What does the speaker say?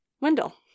Wendell